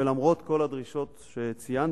ולמרות כל הדרישות שציינתי,